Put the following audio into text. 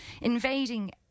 invading